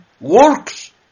works